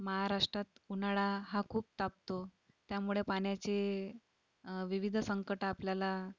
महाराष्ट्रात उन्हाळा हा खूप तापतो त्यामुळे पाण्याचे विविध संकट आपल्याला